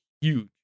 huge